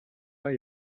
are